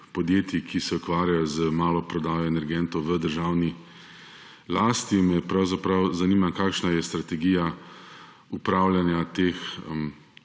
podjetij, ki se ukvarjajo z maloprodajo energentov, v državni lasti, me pravzaprav zanima: Kakšna je strategija upravljanja teh